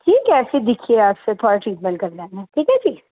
ठीक ऐ फ्ही दिक्खियै अस थुआढ़ा ट्रीटमैंट करी लैन्ने आं ठीक ऐ जी